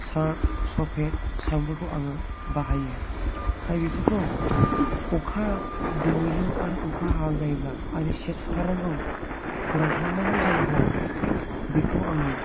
सार्फ सफेद साबोनखौ आङो बाहायो आरो बेफोरखौ अखा दोमैलु आरो अखा हाहां जायोब्ला आरो सिया सुथारनांगौ फोरानथारनांगौ जायोब्ला बेखौ आङो